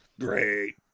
Great